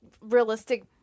realistic